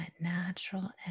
natural